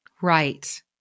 Right